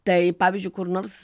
tai pavyzdžiui kur nors